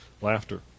laughter